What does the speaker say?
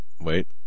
Wait